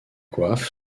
coiffes